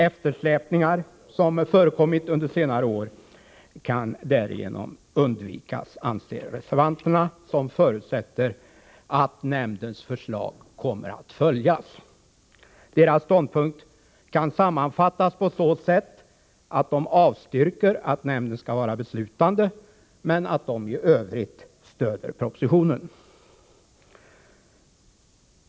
Eftersläpningar, som förekommit under senare år, kan därigenom undvikas, anser reservanterna, som förutsätter att nämndens förslag kommer att följas. Deras ståndpunkt kan sammanfattas på så sätt att de avstyrker att nämnden skall vara beslutande men att de i övrigt stöder propositionen.